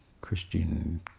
Christian